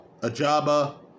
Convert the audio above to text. Ajaba